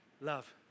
love